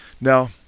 Now